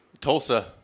Tulsa